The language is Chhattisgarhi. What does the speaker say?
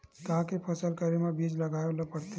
का के फसल करे बर बीज लगाए ला पड़थे?